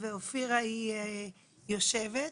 ואופירה יושבת.